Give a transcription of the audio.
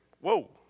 whoa